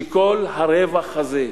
שכל הרווח הזה,